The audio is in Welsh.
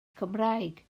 cymraeg